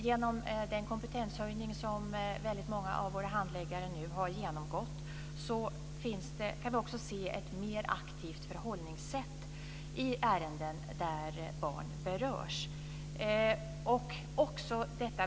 Genom den kompetenshöjning som många av handläggarna har genomgått finns det ett mer aktivt förhållningssätt i ärenden där barn berörs.